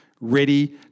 ready